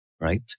right